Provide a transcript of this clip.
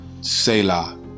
Selah